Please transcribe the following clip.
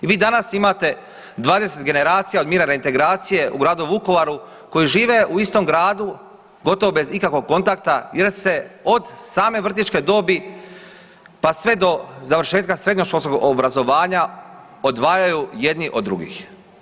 I vi danas imate 20 generacija od mirovne integracije u gradu Vukovaru koji žive u istom gradu gotovo bez ikakvog kontakta jer se od same vrtićke dobi, pa sve do završetka srednjoškolskog obrazovanja odvajaju jedni od drugih.